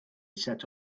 set